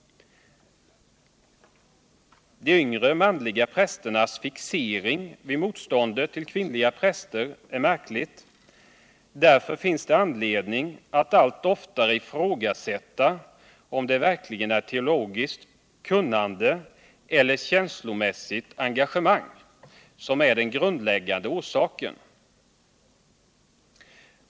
De vngre manliga prästernas fixering vid motståndet till kvinnliga präster är märklig. Därför finns det anledning att allt oftare ifrågasätta om det är teologiskt kunnande eller känslomässigt engagemang som är den grundläggande orsaken.